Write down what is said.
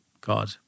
God